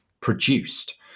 produced